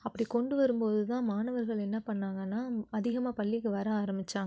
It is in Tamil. அப்படி கொண்டு வரும் போது தான் மாணவர்கள் என்ன பண்ணிணாங்கனா அதிகமாக பள்ளிக்கு வர ஆரம்பிச்சாங்க